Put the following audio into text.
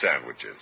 sandwiches